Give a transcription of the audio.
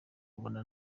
ubona